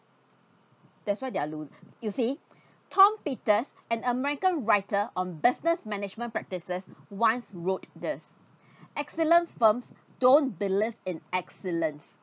that's why they're lo~ you see tom peters an american writer on business management practices once wrote this excellent firms don't believe in excellence